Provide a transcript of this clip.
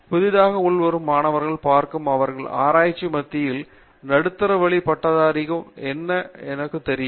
புதிதாக உள்வரும் மாணவர்களை பார்க்கும் அவர்கள் ஆராய்ச்சி மத்தியில் நடுத்தர வழி பட்டதாரி என்று எனக்கு தெரியும்